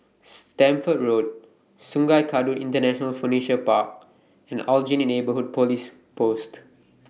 Stamford Road Sungei Kadut International Furniture Park and Aljunied Neighbourhood Police Post